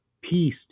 peace